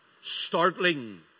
startling